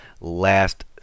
last